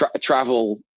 travel